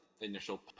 initial